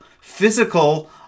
physical